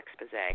expose